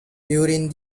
during